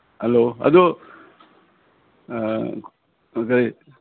hello ꯑꯗꯨ ꯀꯩ